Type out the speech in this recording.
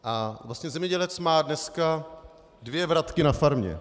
A vlastně zemědělec dneska má dvě vratky na farmě.